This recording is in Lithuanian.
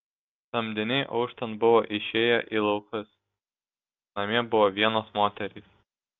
samdiniai auštant buvo išėję į laukus namie buvo vienos moterys